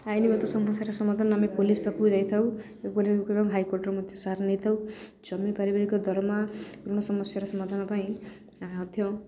ଆଇନଗତ ସମସ୍ୟାର ସମାଧାନ ଆମେ ପୋଲିସ ପାଖକୁ ଯାଇଥାଉ ଏବଂ ପୋଲିସ ଏବଂ ହାଇକୋର୍ଟର ମଧ୍ୟ ସାହାଯ୍ୟ ନେଇଥାଉ ଜମି ପାରିବାରିକ ଦରମା ସମସ୍ୟାର ସମାଧାନ ପାଇଁ ଆମେ ମଧ୍ୟ